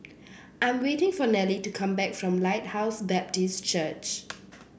I' am waiting for Nellie to come back from Lighthouse Baptist Church